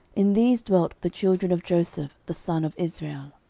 in these dwelt the children of joseph the son of israel.